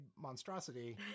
monstrosity